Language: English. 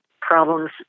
problems